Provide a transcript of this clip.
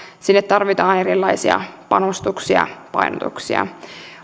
sinne tarvitaan erilaisia panostuksia painotuksia